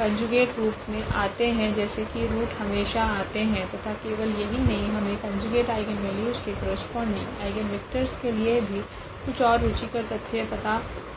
conjugate रूप मे आते है जैसे की रूट हमेशा आते है तथा केवल यही नहीं हमे कोंजुगेट आइगनवेल्यूस के करस्पोंडिंग आइगनवेक्टरस के लिए भी कुछ ओर रुचिकर तथ्य पता चलेगे